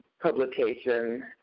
publication